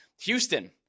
Houston